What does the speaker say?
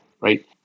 right